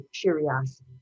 curiosity